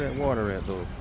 and water at though?